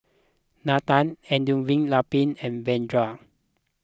Nathan Elattuvalapil and Vedre